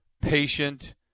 patient